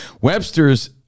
Webster's